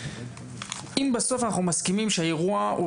אם בסוף אנחנו מסכימים שהאירוע הוא